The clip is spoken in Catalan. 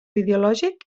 ideològic